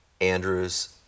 Andrew's